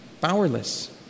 powerless